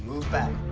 move back.